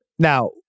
Now